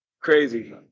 Crazy